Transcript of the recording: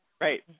Right